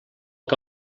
que